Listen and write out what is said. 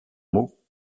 mot